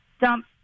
dump